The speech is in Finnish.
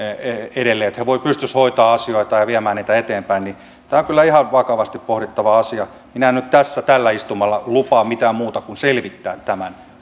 edelleen että he pystyisivät hoitamaan asioita ja viemään niitä eteenpäin on kyllä ihan vakavasti pohdittava asia minä en nyt tässä tällä istumalla lupaa mitään muuta kuin selvittää tämän